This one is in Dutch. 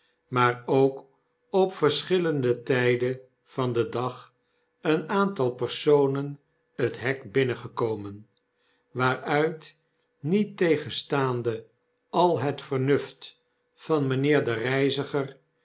maar ook op verschillende tyden van den dag een aantal personen het hek binnengekomen waaruit niettegenstaande al het vernuft van mynheer den reiziger